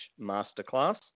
masterclass